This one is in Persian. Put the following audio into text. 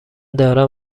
دارم